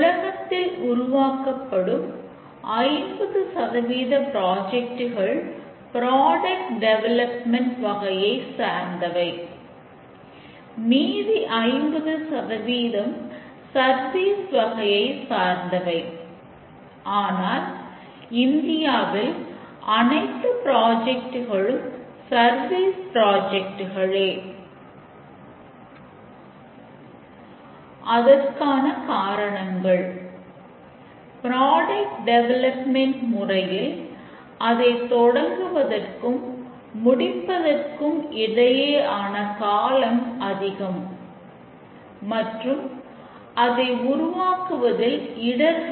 உலகத்தில் உருவாக்கப்படும் 50 பிராஜெக்ட்கள்